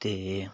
ਅਤੇ